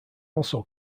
also